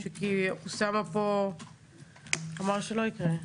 כי אוסאמה פה אמר שזה לא יקרה.